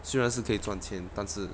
虽然是可以赚钱但是